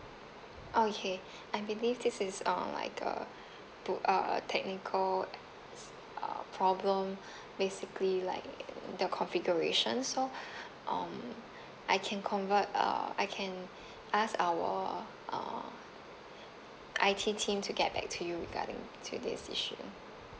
okay I believe this is uh like a to uh technical uh problem basically like the configuration so um I can convert uh I can ask our uh I_T team to get back to you regarding today's issue